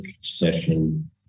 session